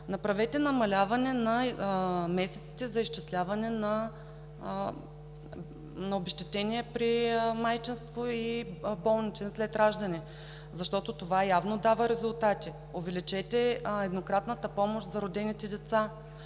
Направете намаляване на месеците за изчисляване на обезщетения при майчинство и болничен след раждане, защото това явно дава резултати; увеличете еднократната помощ за родените деца;